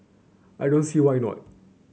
I don't see why not